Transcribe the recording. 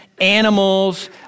animals